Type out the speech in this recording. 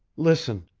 listen,